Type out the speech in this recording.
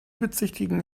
bezichtigen